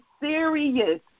serious